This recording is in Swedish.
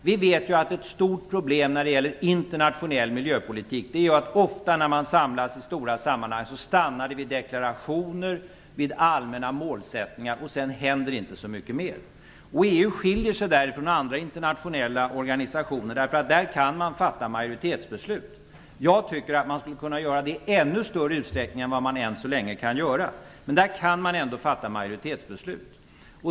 Vi vet ju att ett stort problem när det gäller internationell miljöpolitik är att det ofta, när man samlas i stora sammanhang, stannar vid deklarationer, allmänna målsättningar. Sedan händer det inte särskilt mycket mera. EU skiljer sig där från andra internationella organisationer, därför att man i EU kan fatta majoritetsbeslut. Jag tycker att man skulle kunna göra det i ännu större utsträckning än man hitintills kunnat göra. Men man kan ändå fatta majoritetsbeslut.